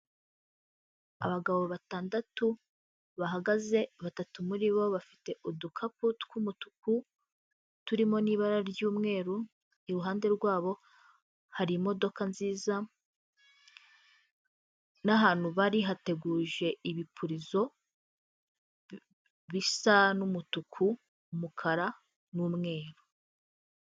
Abagabo batandatu bahagaze, batatu muri bo bafite udukapu tw'umutuku turimo n'ira ry'umweru, iruhande rwabo hari imodoka nziza na ahantu bari hateguje ibipirizo bisa n'umutuku umukara n'umweru.